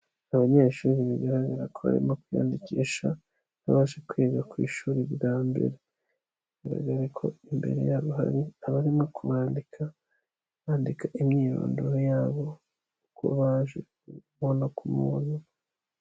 Abanyeshuri bigaragara ko barimo kwiyandikisha nk'abaje kwiga ku ishuri bwa mbere, bigaragara ko imbere yabo hari abarimo kubandika, bandika imyirondoro yabo ko baje umuntu ku muntu.